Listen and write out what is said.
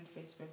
Facebook